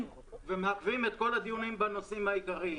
ומעכבים את כל הדיונים בנושאים העיקריים.